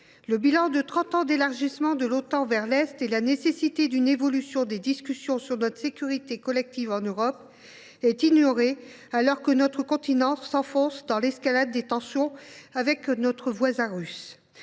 Le bilan de trente ans d’élargissement de l’Otan vers l’Est et la nécessité d’une évolution des discussions sur notre sécurité collective en Europe sont ignorés, alors que notre continent s’enfonce dans l’escalade des tensions avec notre voisin russe.